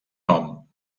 nom